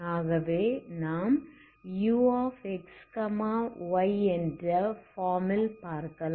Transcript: ஆகவே நாம் ux y என்ற ஃபார்ம் ல் பார்க்கலாம்